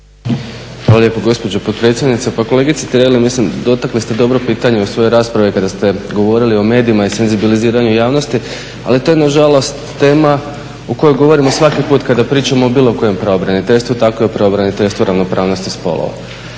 Hvala lijep gospođo potpredsjednice. Pa kolegice Tireli, mislim dotakli ste dobro pitanje u svojoj raspravi kada ste govorili o medijima i senzibiliziranju javnosti, ali to je nažalost tema o kojoj govorimo svaki puta kada pričamo o bilo kojem pravobraniteljstvu, tako i o pravobraniteljstvu o ravnopravnosti spolova.